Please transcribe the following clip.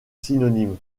synonymes